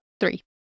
Three